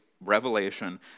Revelation